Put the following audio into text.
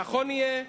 נכון יהיה,